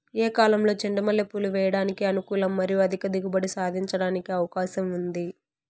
ఏ కాలంలో చెండు మల్లె పూలు వేయడానికి అనుకూలం మరియు అధిక దిగుబడి సాధించడానికి అవకాశం ఉంది?